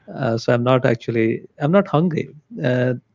so i'm not actually. i'm not hungry ah